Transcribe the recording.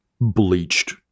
bleached